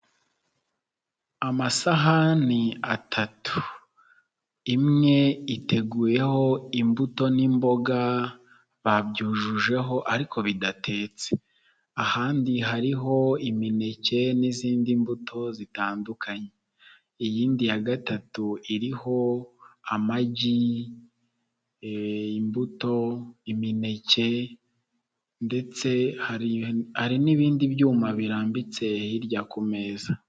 Amasahani atatu imwe iteguyeho imbuto n'imboga babyujujeho ariko bidatetse, ahandi hariho imineke n'izindi mbuto zitandukanye, iyindi ya gatatu iriho amagi, imbuto, imineke ndetse hari n'ibindi byuma birambitse hirya ku meza.